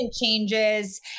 Changes